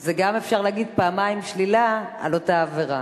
זה גם אפשר לומר, פעמיים שלילה על אותה עבירה.